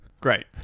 Great